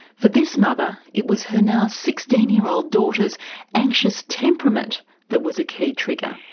for this mother, it was her now sixteen year-old daughter's anxious temperament that was a key trigger.